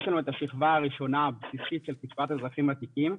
יש לנו את השכבה הראשונה היא הכרחית לקצבת אזרחים ותיקים,